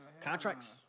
Contracts